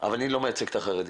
אבל אני לא מייצג את החרדי.